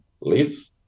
live